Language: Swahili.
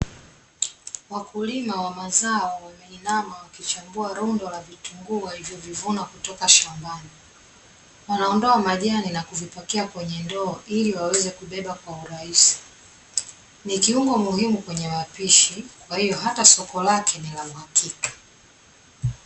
Wakulima wa mazao wameinama, wakichambua rundo la vitunguu, walivyovivuna kutoka shambani, wanaondoa majani na kuvipakia kwenye ndoo, ili waweze kubeba kwa urahisi. Ni kiungo muhimu kwenye mapishi, kwahio hata soko lake, ni la uhakika.